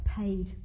paid